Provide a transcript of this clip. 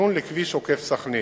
תכנון לכביש עוקף-סח'נין.